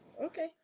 Okay